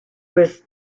was